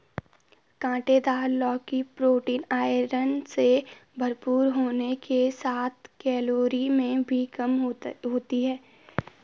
काँटेदार लौकी protein, iron से भरपूर होने के साथ कैलोरी में भी कम होती है